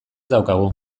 daukagu